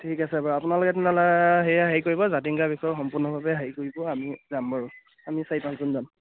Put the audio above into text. ঠিক আছে বাৰু আপোনালোকে তেনেহ'লে সেয়ে হেৰি কৰিব জাতিংগাৰ বিষয়ে সম্পূৰ্ণভাৱে হেৰি কৰিব আমি যাম বাৰু আমি চাৰি পাঁচজনমান